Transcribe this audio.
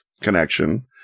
connection